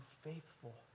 faithful